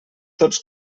tots